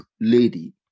lady